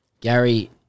Gary